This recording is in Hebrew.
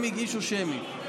הם הגישו שמית.